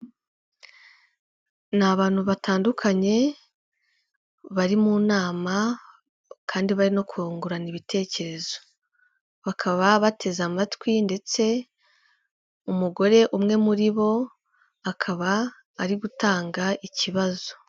N'abantu batandukanye bari mu nama, kandi bari no kungurana ibitekerezo. Bakaba bateze amatwi ndetse umugore umwe muri bo akaba ari gutanga ikibazo.